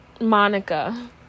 monica